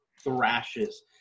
thrashes